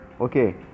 okay